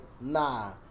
nah